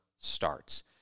starts